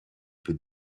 più